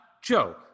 Joe